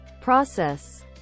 process